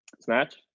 Snatch